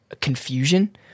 confusion